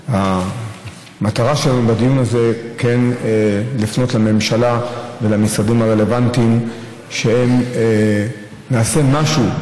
המטרה שלנו בדיון הזה כן לפנות לממשלה ולמשרדים הרלוונטיים שנעשה משהו,